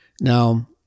Now